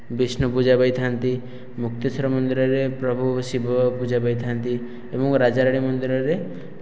ବିଷ୍ଣୁ ପୂଜା ପାଇଥାନ୍ତି ମୁକ୍ତେଶ୍ଵର ମନ୍ଦିରରେ ପ୍ରଭୁ ଶିବ ପୂଜା ପାଇଥାନ୍ତି ଏବଂ ରାଜାରାଣୀ ମନ୍ଦିରରେ